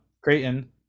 Creighton